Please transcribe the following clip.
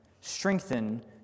strengthen